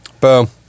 Boom